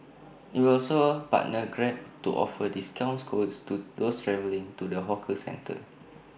IT will also A partner grab to offer discounts codes to those travelling to the hawker centre